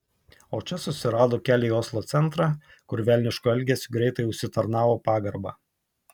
o čia susirado kelią į oslo centrą kur velnišku elgesiu greitai užsitarnavo pagarbą